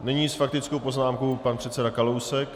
Nyní s faktickou poznámkou pan předseda Kalousek.